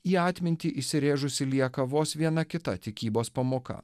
į atmintį įsirėžusį lieka vos viena kita tikybos pamoka